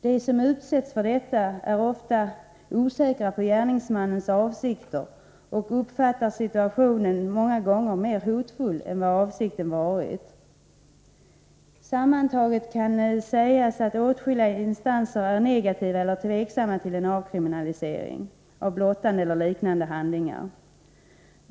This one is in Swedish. De som utsätts för detta är ofta osäkra på gärningsmännens avsikter och uppfattar många gånger situationen som mer hotfull än vad avsikten varit. Sammantaget kan sägas att åtskilliga instanser är negativa eller tveksamma till en avkriminalisering av blottande eller liknande handlingar.